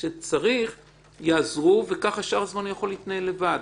וכך בשאר הזמן הוא יכול להתנהל לבד.